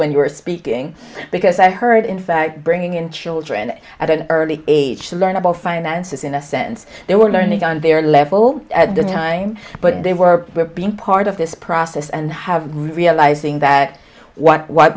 when you were speaking because i heard in fact bringing in children at an early age to learn about finances in a sense they were learning on their level at the time but they were being part of this process and have realizing that what